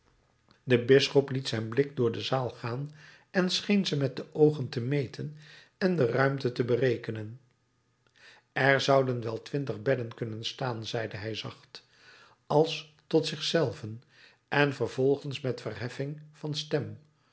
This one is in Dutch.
de bisschop liet zijn blik door de zaal gaan en scheen ze met de oogen te meten en de ruimte te berekenen er zouden wel twintig bedden kunnen staan zeide hij zacht als tot zich zelven en vervolgens met verheffing van stem